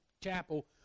chapel